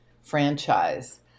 franchise